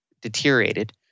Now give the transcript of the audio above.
deteriorated